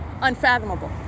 unfathomable